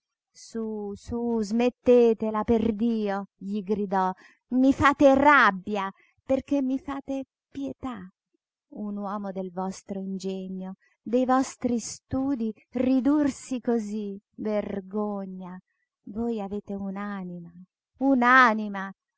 sú sú smettetela perdio gli gridò i fate rabbia perché mi fate pietà un uomo del vostro ingegno dei vostri studii ridursi cosí vergogna voi avete un'anima un'anima